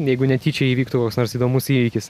jeigu netyčia įvyktų koks nors įdomus įvykis